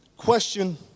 question